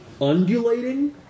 undulating